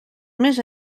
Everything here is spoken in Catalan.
més